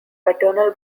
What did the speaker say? paternal